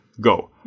go